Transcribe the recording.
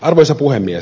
arvoisa puhemies